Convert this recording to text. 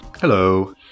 Hello